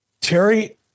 Terry